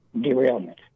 derailment